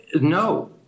no